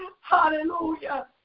Hallelujah